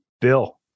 Bill